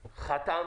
חתם,